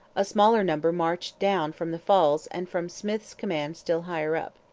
a smaller number marched down from the falls and from smyth's command still higher up.